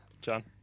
John